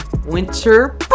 winter